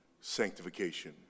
sanctification